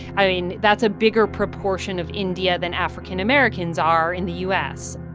i mean, that's a bigger proportion of india than african americans are in the u s.